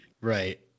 right